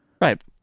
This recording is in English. Right